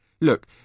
Look